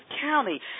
County